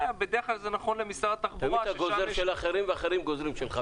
תמיד אתה גוזר של אחרים, ואחרים גוזרים שלך.